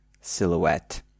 silhouette